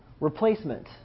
Replacement